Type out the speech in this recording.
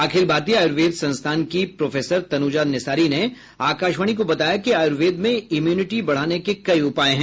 अखिल भारतीय आयूर्वेद संस्थान की प्रोफेसर तनूजा नेसारी ने आकाशवाणी को बताया कि आयुर्वेद में इम्युनिटी बढ़ाने के कई उपाय है